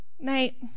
night